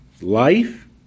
Life